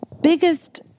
biggest